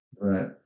right